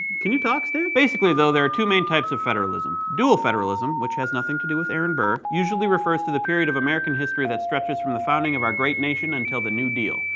can you talk stan? basically though, there are two main types of federalism dual federalism, which has nothing to do aaron burr, usually refers to the period of american history that stretches from the founding of our great nation until the new deal,